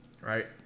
right